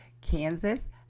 Kansas